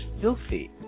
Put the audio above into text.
filthy